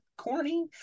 corny